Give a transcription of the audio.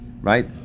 Right